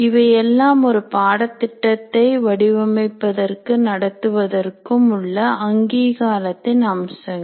இவையெல்லாம் ஒரு பாடத்திட்டத்தை வடிவமைப்பதற்கு நடத்துவதற்கும் உள்ள அங்கீகாரத்தின் அம்சங்கள்